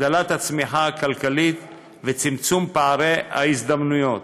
הגדלת הצמיחה הכלכלית וצמצום פערי ההזדמנויות.